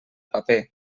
paper